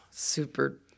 Super